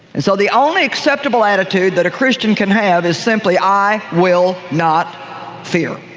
and so the only acceptable attitude that a christian can have is simply i will not fear.